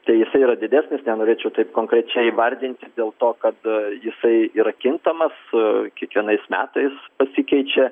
tai jisai yra didesnis nenorėčiau taip konkrečiai įvardinti dėl to kad jisai yra kintamas kiekvienais metais pasikeičia